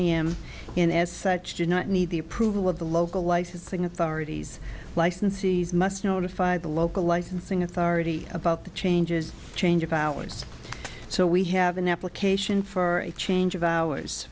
and as such do not need the approval of the local licensing authorities licensees must notify the local licensing authority about the changes change of hours so we have an application for a change of hours